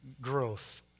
growth